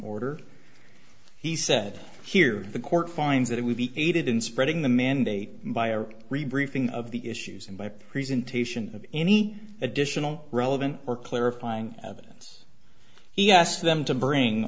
order he said here the court finds that it would be aided in spreading the mandate by our re briefing of the issues and by presentation of any additional relevant or clarifying evidence he asked them to bring